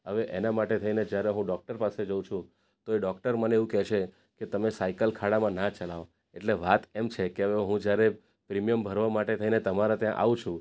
હવે એના માટે થઈને જ્યારે હું ડૉક્ટર પાસે જાઉં છું તો એ ડૉક્ટર મને એવું કહે છે કે તમે સાયકલ ખાડામાં ના ચલાવો એટલે વાત એમ છે કે હવે હું જ્યારે પ્રીમિયમ ભરવા માટે થઈને તમાર ત્યાં આવું છું